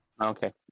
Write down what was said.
Okay